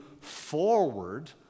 forward